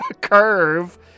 curve